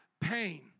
pain